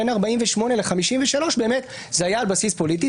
בין 1948 ל-1953 באמת זה היה על בסיס פוליטי,